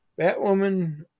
Batwoman